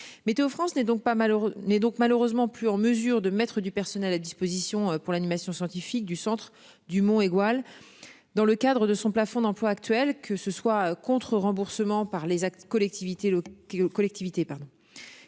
malheureux n'est donc malheureusement plus en mesure de mettre du personnel à disposition pour l'animation scientifique du Centre du Mont Aigoual. Dans le cadre de son plafond d'emplois actuels, que ce soit contre remboursement par les collectivités